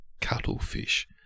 cuttlefish